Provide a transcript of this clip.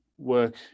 work